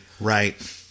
Right